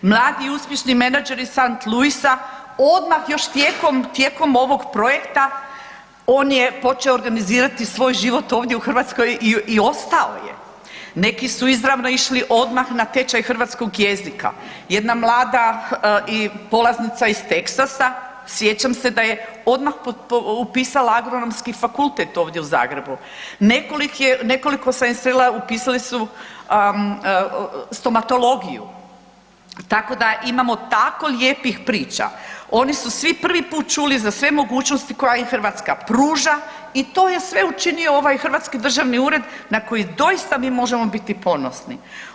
Mladi i uspješni menadžer Saint Louisa odmah, još tijekom ovog projekta, on je počeo organizirati svoj život ovdje u Hrvatskoj i ostao je, neki su izravno išli odmah na tečaj hrvatskog jezika, jedna mlada i polaznica iz Teksasa, sjećam se da je odmah upisala Agronomski fakultet ovdje u Zagrebu, nekoliko sam ih srela, upisali su stomatologiju, tako da imamo tako lijepih priča, oni su svi prvi put čuli za sve mogućnosti koje im Hrvatska pruža i to je sve učinio ovaj hrvatski državni ured na koji doista mi možemo biti ponosni.